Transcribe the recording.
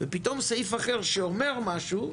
ופתאום סעיף אחר שאומר משהו,